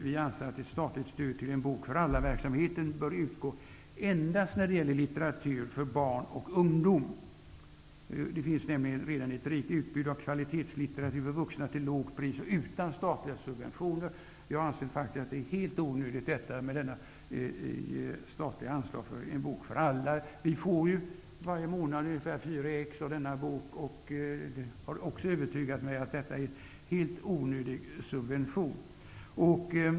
Vi anser att ett statligt stöd till En bok för alla-verksamheten bör utgå endast när det gäller litteratur för barn och ungdom. Det finns nämligen redan ett rikt utbud av kvalitetslitteratur för vuxna till lågt pris utan statliga subventioner. Jag anser att det är helt onödigt med ett statligt anslag till En bok för alla-verksamheten. Vi får varje månad ungefär fyra exemplar från denna verksamhet. Det har också övertygat mig om att subventionen är onödig.